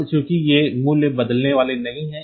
अब चूंकि ये मूल्य बदलने वाले नहीं हैं